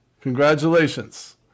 Congratulations